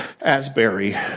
Asbury